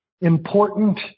Important